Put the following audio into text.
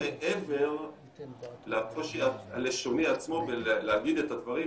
מעבר לקושי הלשוני עצמו ולהגיד את הדברים,